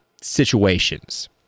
situations